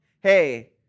Hey